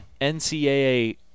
NCAA